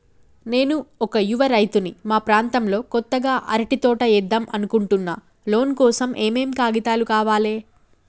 నేను ఒక యువ రైతుని మా ప్రాంతంలో కొత్తగా అరటి తోట ఏద్దం అనుకుంటున్నా లోన్ కోసం ఏం ఏం కాగితాలు కావాలే?